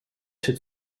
zit